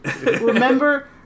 Remember